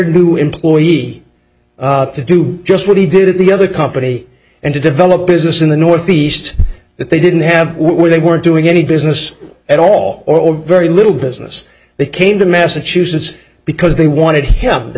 new employee to do just what he did at the other company and to develop business in the northeast that they didn't have where they were doing any business at all or own very little business they came to massachusetts because they wanted him this